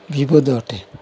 ବିପଦ ଅଟେ